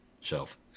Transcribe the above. shelf